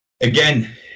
again